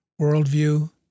worldview